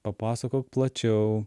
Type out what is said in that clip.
papasakok plačiau